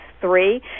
three